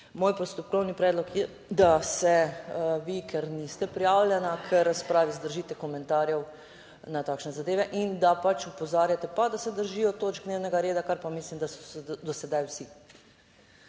moj postopkovni predlog je, da se vi, ker niste prijavljena k razpravi, vzdržite komentarjev na takšne zadeve in da pač opozarjate pa, da se držijo točk dnevnega reda, kar pa mislim, da so se do sedaj vsi.